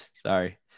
Sorry